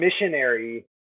missionary